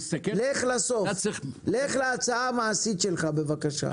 לך להצעה המעשית שלך בבקשה.